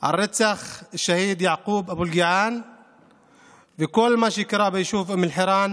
על רצח השהיד יעקוב אלקיעאן וכל מה שקרה ביישוב אום אל-חיראן